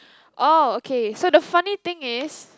oh okay so the funny thing is